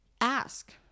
ask